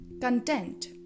content